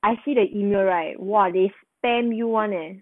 I see the email right !wah! they spam you [one] leh